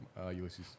Ulysses